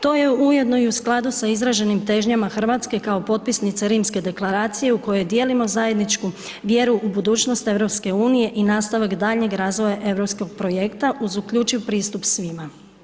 To je ujedno i u skladu sa izraženim težnjama Hrvatske kao potpisnice Rimske deklaracije u kojoj dijelimo zajedničku vjeru u budućnost EU i nastavak daljnjeg razvoja Europskog projekta uz uključiv pristup svima.